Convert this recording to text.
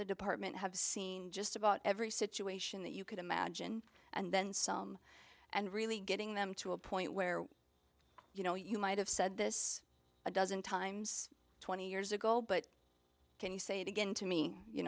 the department have seen just about every situation that you could imagine and then some and really getting them to a point where you know you might have said this a dozen times twenty years ago but can you say it again to me you